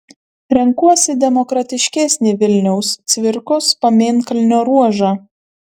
renkuosi demokratiškesnį vilniaus cvirkos pamėnkalnio ruožą